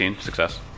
success